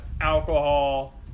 alcohol